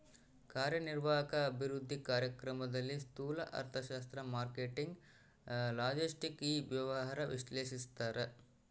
ಕಾರ್ಯನಿರ್ವಾಹಕ ಅಭಿವೃದ್ಧಿ ಕಾರ್ಯಕ್ರಮದಲ್ಲಿ ಸ್ತೂಲ ಅರ್ಥಶಾಸ್ತ್ರ ಮಾರ್ಕೆಟಿಂಗ್ ಲಾಜೆಸ್ಟಿಕ್ ಇ ವ್ಯವಹಾರ ವಿಶ್ಲೇಷಿಸ್ತಾರ